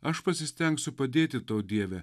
aš pasistengsiu padėti tau dieve